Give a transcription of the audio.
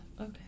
okay